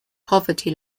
poverty